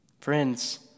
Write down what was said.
Friends